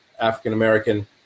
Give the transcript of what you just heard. African-American